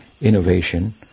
innovation